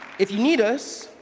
if you need us,